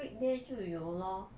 weekday 就有 lor